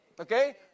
Okay